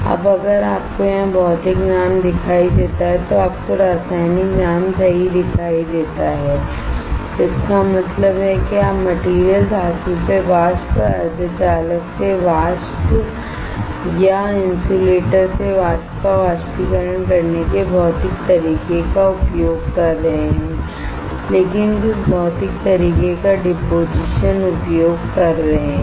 अब अगर आपको यहाँ भौतिक नाम दिखाई देता है तो आपको रासायनिक नाम सही दिखाई देता है इसका मतलब है कि आप मटेरियल धातु से वाष्प सेमीकंडक्टर से वाष्प या इंसुलेटर से वाष्प का वाष्पीकरण करने के भौतिक तरीके का उपयोग कर रहे हैं लेकिन कुछ भौतिक तरीके का डिपोजिशन उपयोग कर रहे हैं